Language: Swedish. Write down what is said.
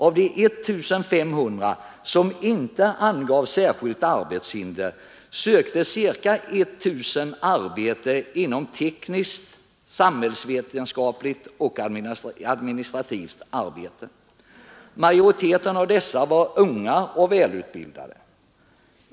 Av de 1 500 som inte angav särskilda arbetshinder sökte ca 1 000 arbete inom tekniskt, samhällsvetenskapligt och administrativt arbete. Majoriteten av dessa var unga och välutbildade.